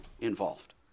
involved